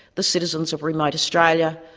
the citizens of remote australia,